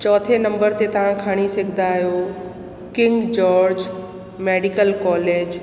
चौथे नंबर ते तव्हां खणी सघंदा आहियो किंग जॉर्ज मेडिकल कॉलेज